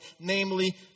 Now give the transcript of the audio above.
namely